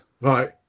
Right